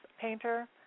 painter